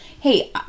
Hey